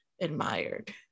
admired